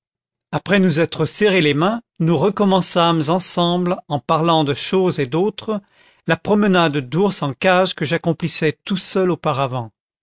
après nous être serré les mains nous recommençâmes ensemble en parlant de choses et d'autres la promenade d'ours en cage que j'accomplissais tout seul auparavant